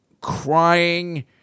crying